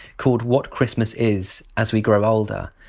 called what christmas is as we grow older,